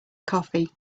coffee